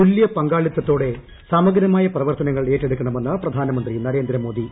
തുല്യ പങ്കാളിത്തതോടെ സമഗ്രമായ പ്രവർത്തനങ്ങൾ ഏറ്റെടുക്കണമെന്ന് പ്രധാനമന്ത്രി നരേന്ദ്ര മോദി